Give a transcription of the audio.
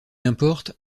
importe